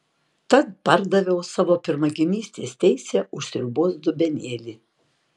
tad pardaviau savo pirmagimystės teisę už sriubos dubenėlį